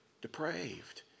depraved